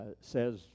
says